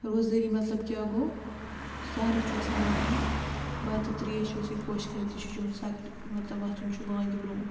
روزدٲری مطلب کیٛاہ گوٚو سحرَس چھُ آسان وۄتھُن بَتہٕ ترٛیش ویش یہِ خۄش کَرِ تہِ چھُ چیٛون سَک مطلب وۄتھُن چھُ بانٛگہِ برٛونٛٹھ